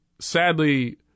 sadly